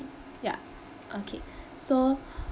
ya okay so